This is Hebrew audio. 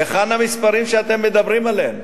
היכן המספרים שאתם מדברים עליהם?